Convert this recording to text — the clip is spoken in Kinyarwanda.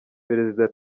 perezida